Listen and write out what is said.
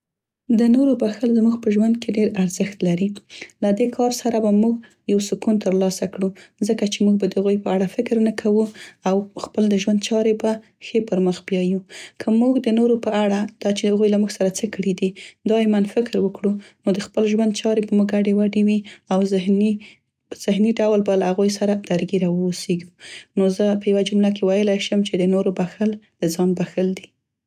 د نور بښل زموږ په ژوند کې ډير ارزښت لري. له دې کار سره به موږ، یو سکون تر لاسه کړو ځکه چې موږ به د هغوی په اړه فکر نه کوو او خپل د ژوند چارې به ښې پرمخ بیاییو. که موږ د نورو په اړه، دا چې هغوی له موږ سره څه کړي دي دایماً فکر وکړو نو د خپل ژوند چارې به مو ګډوډې وي او ذهني ذهني ډول به له هغوی سره درګیره واوسیګو. نو زه په یوه جمله کې ویلی شم چې د نورو بښل د ځان بښل دي.